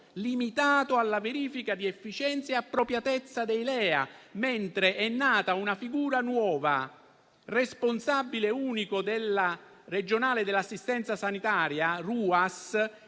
limitato alla verifica di efficienza e appropriatezza dei LEA, mentre è nata una figura nuova, il responsabile unico regionale dell'assistenza sanitaria, che